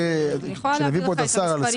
אני יכולה להעביר לך את המספרים.